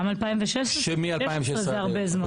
גם 2016 זה הרבה זמן.